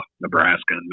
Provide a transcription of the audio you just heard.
Nebraska